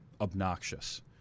obnoxious